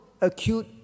acute